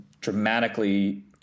dramatically